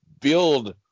build